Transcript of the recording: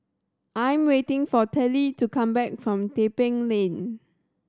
I am waiting for Tillie to come back from Tebing Lane